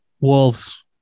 Wolves